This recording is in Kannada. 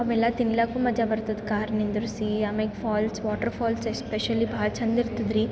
ಅವೆಲ್ಲ ತಿನ್ಲಿಕು ಮಜಾ ಬರ್ತಾದೆ ಕಾರ್ ನಿಂದಿರ್ಸಿ ಆಮೆಗೆ ಫಾಲ್ಸ್ ವಾಟ್ರ್ ಫಾಲ್ಸ್ ಎಸ್ಪೆಷಲಿ ಭಾಳ ಚಂದ ಇರ್ತತ ರೀ